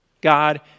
God